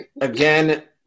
Again